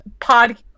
podcast